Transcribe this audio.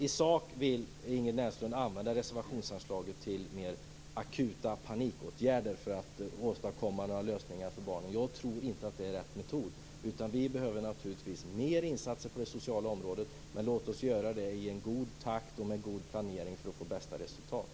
I sak vill Ingrid Näslund använda reservationsanslaget till akuta panikåtgärder för att åstadkomma lösningar för barnen. Jag tror inte att det är rätt metod. Vi behöver naturligtvis mer insatser på det sociala området. Men låt oss göra det i god takt och med god planering för att få bästa resultat.